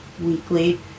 weekly